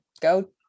go